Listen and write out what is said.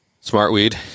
smartweed